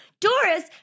Doris